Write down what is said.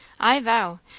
i vow!